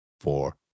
Four